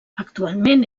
actualment